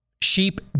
Sheep